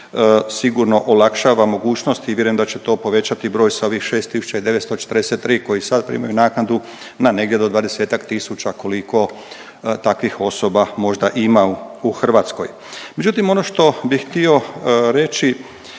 sigurno olakšava mogućnosti i vjerujem da će to povećati broj sa ovih 6 tisuća i 943 koji sad primaju naknadu na negdje do 20-tak tisuća koliko takvih osoba možda ima u Hrvatskoj. Međutim ono što bih htio reći,